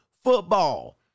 Football